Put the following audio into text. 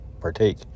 partake